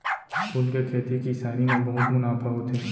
फूल के खेती किसानी म बहुत मुनाफा होथे